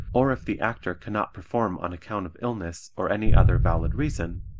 or if the actor cannot perform on account of illness or any other valid reason,